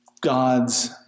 God's